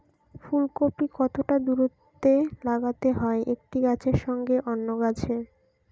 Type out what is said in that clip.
ফুলকপি কতটা দূরত্বে লাগাতে হয় একটি গাছের সঙ্গে অন্য গাছের?